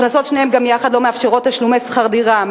הכנסות שניהם גם יחד לא מאפשרות תשלומי שכר דירה,